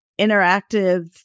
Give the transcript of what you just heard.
interactive